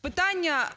Питання